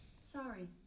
Sorry